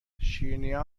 شیرینیا